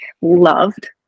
loved